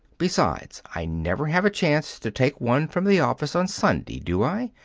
besides, i never have a chance to take one from the office on sunday, do i?